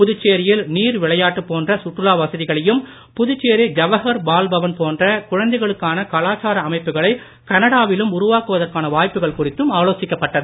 புதுச்சேரியில் நீர் விளையாட்டு போன்ற சுற்றுலா வசதிகளையும் புதுச்சேரி ஜவகர் பால்பவன் போன்ற குழந்தைகளுக்காள கலச்சார அமைப்புகளை கனடாவிலும் உருவாக்குவதற்கான வாய்ப்புகள் குறித்தும் ஆ லோசிக்கப்பட்டது